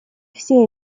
все